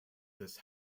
this